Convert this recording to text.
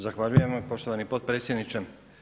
Zahvaljujem vam poštovani potpredsjedniče.